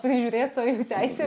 prižiūrėtojų teisė